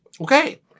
okay